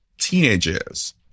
teenagers